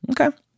Okay